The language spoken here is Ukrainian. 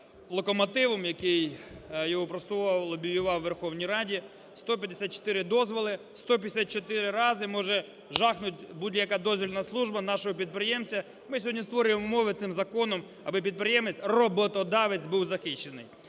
локомотивом, який його просував і лобіював в Верховній Раді. 154 дозволи, 154 рази, може жахнути будь-яка дозвільна служба нашого підприємця. Ми сьогодні створюємо умови цим законом аби підприємець-роботодавець був захищений.